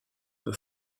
peut